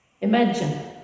Imagine